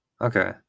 Okay